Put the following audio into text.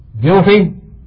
guilty